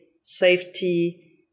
safety